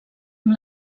amb